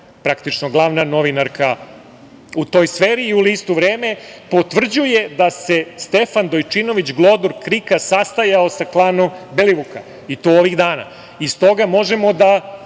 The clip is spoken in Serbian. praktično glavna novinarka u toj sferi i u listu „Vreme“ potvrđuje da se Stefan Dojčinović KRIK-a sastajao sa klanom Belivuka, i to ovih dana. Iz toga proizilazi